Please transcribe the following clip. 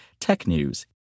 TECHNEWS